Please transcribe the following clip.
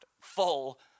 full